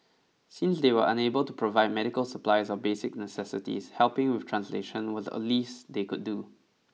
since they were unable to provide medical supplies or basic necessities helping with translations was the least they could do